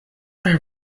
per